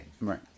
Right